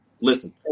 listen